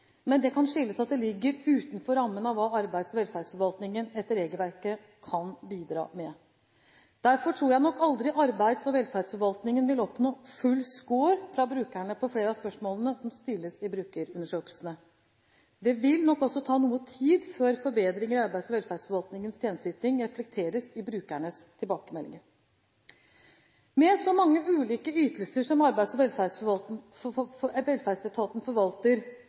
kan skyldes at det ligger utenfor rammen av hva arbeids- og velferdsforvaltningen etter regelverket kan bidra med. Derfor tror jeg nok aldri at arbeids- og velferdsforvaltningen vil oppnå full score fra brukerne på flere av spørsmålene som stilles i brukerundersøkelsene. Det vil nok også ta noe tid før forbedringer i arbeids- og velferdsforvaltningens tjenesteyting reflekteres i brukernes tilbakemeldinger. Med så mange ulike ytelser som Arbeids- og